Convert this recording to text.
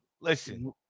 listen